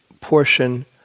portion